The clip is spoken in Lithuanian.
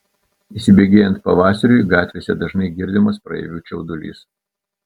įsibėgėjant pavasariui gatvėse dažnai girdimas praeivių čiaudulys